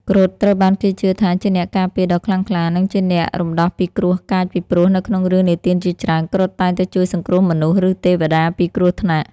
គ្រុឌត្រូវបានគេជឿថាជាអ្នកការពារដ៏ខ្លាំងក្លា និងជាអ្នករំដោះពីគ្រោះកាចពីព្រោះនៅក្នុងរឿងនិទានជាច្រើន គ្រុឌតែងតែជួយសង្គ្រោះមនុស្ស ឬទេវតាពីគ្រោះថ្នាក់។